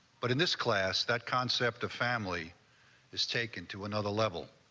but in this class, that concept of family is taken to another level